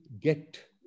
get